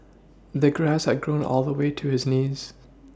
the grass had grown all the way to his knees